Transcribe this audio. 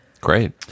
Great